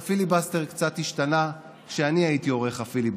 רצון לייצר פיליבסטר, איזה פיליבסטר?